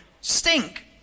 stink